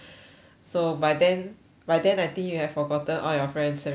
so by then by then I think you have forgotten all your friends already